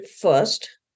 first